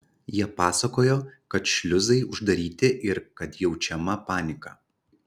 jie pasakojo kad šliuzai uždaryti ir kad jaučiama panika